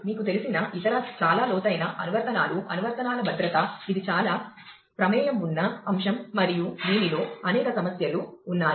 మీకు తెలిసిన ఇతర చాలా లోతైన అనువర్తనాలు అనువర్తనాల భద్రత ఇది చాలా ప్రమేయం ఉన్న అంశం మరియు దీనిలో అనేక సమస్యలు ఉన్నాయి